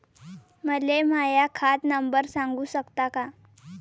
मले माह्या खात नंबर सांगु सकता का?